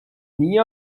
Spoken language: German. nie